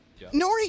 Nori